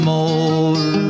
more